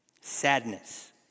Sadness